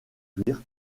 cuir